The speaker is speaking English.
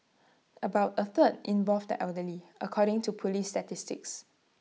about A third involved the elderly according to Police statistics